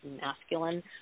masculine